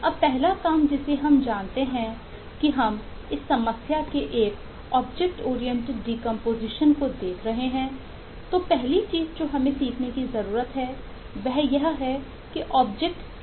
अब पहला काम जिसे हम जानते हैं कि हम इस समस्या के एक ऑब्जेक्ट ओरिएंटेड डीकंपोजीशन क्या है